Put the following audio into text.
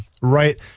right